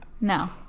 No